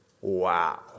Wow